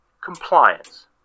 compliance